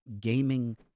Gaming